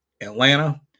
Atlanta